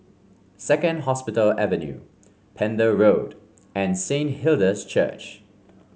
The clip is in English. Second Hospital Avenue Pender Road and Saint Hilda's Church